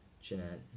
Jeanette